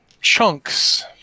chunks